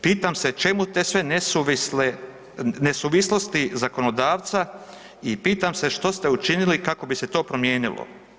Pitam se čemu sve te nesuvislosti zakonodavca i pitam se što ste učinili kako bi se to promijenilo.